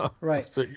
right